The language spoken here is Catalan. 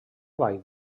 vall